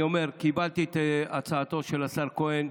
אני אומר, קיבלתי את הצעתו של השר כהן,